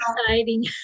exciting